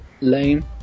lame